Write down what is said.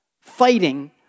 fighting